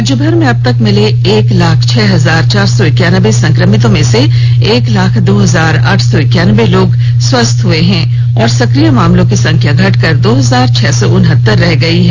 राज्यभर में अबतक भिले एक लाख छह हजार चार सौ इकानबे संक्रमितों में से एक लाख दो हजार आठ सौ इकानबे लोग स्वस्थ हो चुके हैं और सक्रिय मामलों की संख्या घटकर दो हजार छह सौ उनहतर रह गयी है